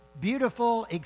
Beautiful